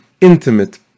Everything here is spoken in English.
intimate